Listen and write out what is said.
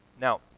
Now